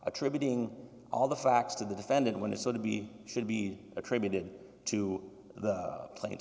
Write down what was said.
attributing all the facts to the defendant when it's so to be should be attributed to the pla